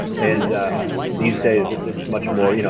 and these days, it's it's much more you know